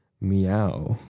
Meow